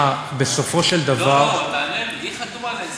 תענה לי, היא חתומה על ההסכמים.